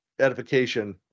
edification